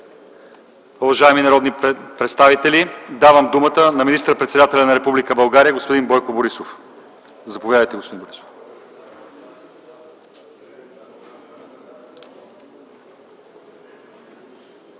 Уважаеми народни представители, давам думата на министър-председателя на Република България господин Бойко Борисов. Заповядайте, господин Борисов.